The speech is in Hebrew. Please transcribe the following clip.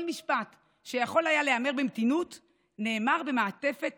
כל משפט שיכול היה להיאמר במתינות נאמר במעטפת